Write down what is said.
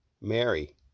Mary